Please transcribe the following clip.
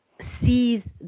sees